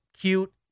cute